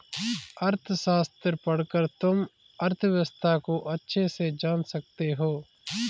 अर्थशास्त्र पढ़कर तुम अर्थव्यवस्था को अच्छे से जान सकते हो